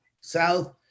South